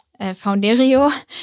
Founderio